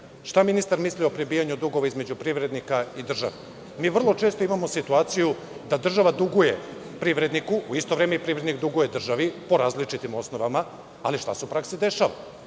šta ministar misli o prebijanju dugova između privrednika i države? Mi vrlo često imamo situaciju da država duguje privredniku, u isto vreme i privrednik duguje državi po različitim osnovama. Ali, šta se u praksi dešava?